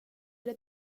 det